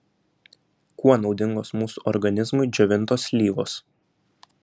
kuo naudingos mūsų organizmui džiovintos slyvos